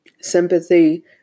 Sympathy